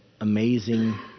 amazing